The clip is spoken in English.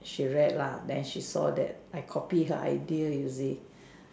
she read lah then she saw that I copy her idea you see